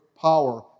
power